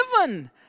given